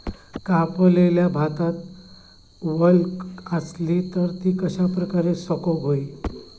कापलेल्या भातात वल आसली तर ती कश्या प्रकारे सुकौक होई?